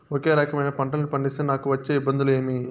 ఒకే రకమైన పంటలని పండిస్తే నాకు వచ్చే ఇబ్బందులు ఏమి?